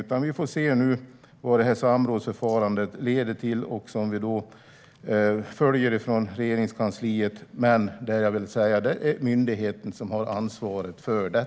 Vi får nu se vad samrådsförfarandet leder till. Vi följer det från Regeringskansliet, men det är myndigheten som har ansvaret för det.